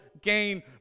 gain